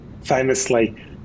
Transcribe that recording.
famously